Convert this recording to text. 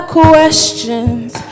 questions